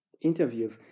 interviews